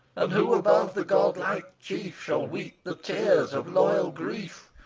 who above the god-like chief shall weep the tears of loyal grief?